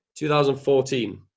2014